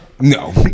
No